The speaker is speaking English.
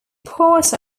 part